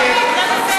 מה, אני חשוד?